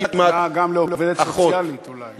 גם לעובדת סוציאלית אולי.